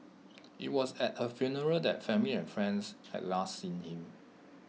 IT was at her funeral that family and friends had last seen him